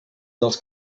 dels